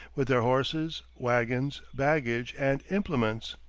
with their horses, wagons, baggage, and implements.